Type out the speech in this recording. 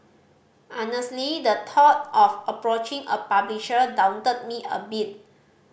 honestly the thought of approaching a publisher daunted me a bit